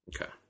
Okay